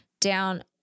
down